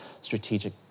strategic